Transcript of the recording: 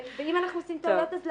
ואם אנחנו עושים טעויות,